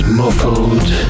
muffled